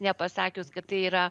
nepasakius kad tai yra